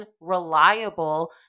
reliable